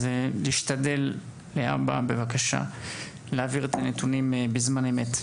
אז להבא להשתדל בבקשה להעביר נתונים בזמן אמת.